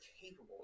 capable